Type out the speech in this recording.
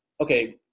okay